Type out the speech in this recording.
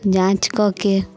जाँच कऽ के